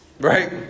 Right